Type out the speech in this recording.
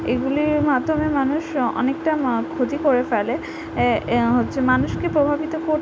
এগুলির মাধ্যমে মানুষ অনেকটা ক্ষতি করে ফেলে এ হচ্ছে মানুষকে প্রভাবিত করতে